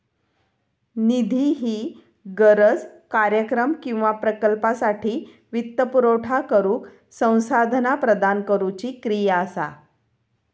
निधी ही गरज, कार्यक्रम किंवा प्रकल्पासाठी वित्तपुरवठा करुक संसाधना प्रदान करुची क्रिया असा